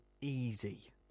easy